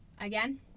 again